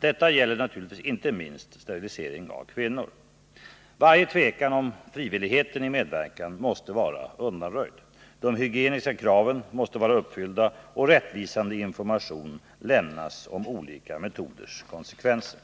Detta gäller naturligtvis inte minst sterilisering av kvinnor. Varje tvekan om frivilligheten i medverkan måste vara undanröjd. De hygieniska kraven måste vara uppfyllda och rättvisande information lämnas om olika metoders konsekvenser.